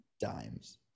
dimes